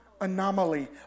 anomaly